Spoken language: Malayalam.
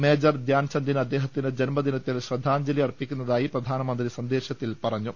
മേജർ ധ്യാൻ ചന്ദിന് അദ്ദേഹത്തിന്റെ ജന്മദിനത്തിൽ ശ്രദ്ധാജ്ഞലി അർപ്പിക്കുന്നതായി പ്രധാനമന്ത്രി സന്ദേശത്തിൽ പറഞ്ഞു